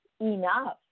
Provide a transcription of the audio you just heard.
enough